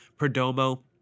Perdomo